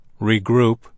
regroup